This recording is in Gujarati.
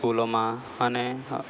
સ્કૂલોમાં અને